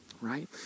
right